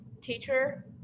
teacher